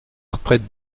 retraite